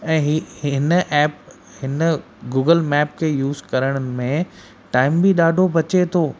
ऐं ही हिन ऐप हिन गूगल मैप खे यूस करण में टाइम बि ॾाढो बचे थो